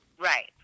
Right